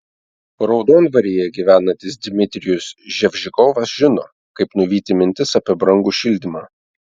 raudondvaryje gyvenantis dmitrijus ževžikovas žino kaip nuvyti mintis apie brangų šildymą